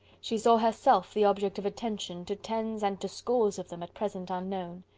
she saw herself the object of attention, to tens and to scores of them at present unknown.